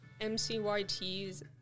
mcyts